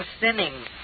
sinning